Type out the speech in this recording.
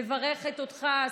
ומברכת אותך,